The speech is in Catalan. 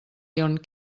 lyon